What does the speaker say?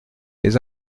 les